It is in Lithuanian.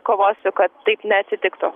kovosiu kad taip neatsitiktų